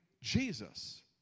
Jesus